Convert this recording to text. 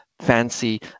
fancy